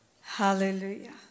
Hallelujah